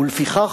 ולפיכך,